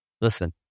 Listen